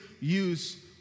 use